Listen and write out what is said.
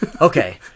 Okay